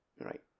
Right